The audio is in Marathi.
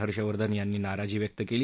हर्षवर्धन यांनी नाराजी व्यक्त केली